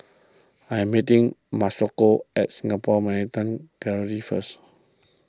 I am meeting Masako at Singapore Maritime Gallery first